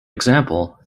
example